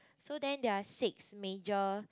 so then there're six major